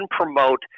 promote